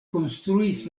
konstruis